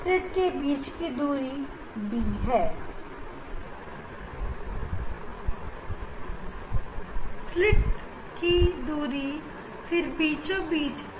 दोनों स्लिट के केंद्र के बीच की दूरी को स्लिट सेपरेशन कहते हैं